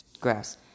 grass